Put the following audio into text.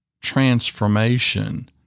transformation